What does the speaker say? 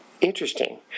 interesting